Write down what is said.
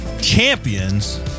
Champions